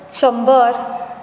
शंबर